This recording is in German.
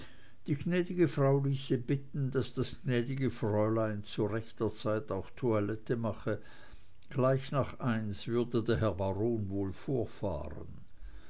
die gnädige frau ließe bitten daß das gnädige fräulein zu rechter zeit auch toilette mache gleich nach eins würde der herr baron wohl vorfahren